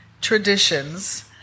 Traditions